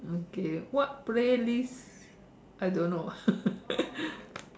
okay what playlist I don't know